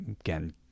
again